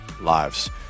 lives